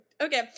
Okay